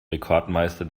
rekordmeister